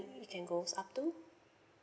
you can goes up to